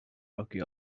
rocky